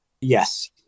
Yes